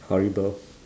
horrible